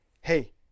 hey